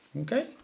okay